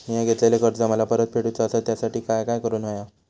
मिया घेतलेले कर्ज मला परत फेडूचा असा त्यासाठी काय काय करून होया?